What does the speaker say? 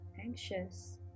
anxious